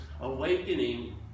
Awakening